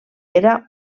era